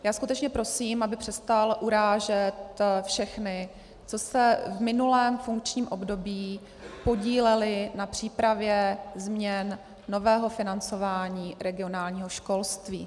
Já skutečně prosím, aby přestal urážet všechny, kteří se v minulém funkčním období podíleli na přípravě změn nového financování regionálního školství.